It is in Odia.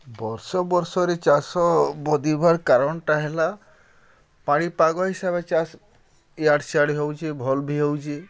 ବର୍ଷ ବର୍ଷରେ ଚାଷ ବଦ୍ଲିବାର୍ କାରଣ'ଟା ହେଲା ପାଣିପାଗ୍ ହିସାବ୍ରେ ଚାଷ ଇଆଡ଼୍ ସିଆଡ଼୍ ହେଉଛେ ଭଲ୍ ବି ହେଉଛେ